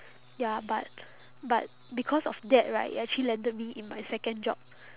ya but but because of that right it actually landed me in my second job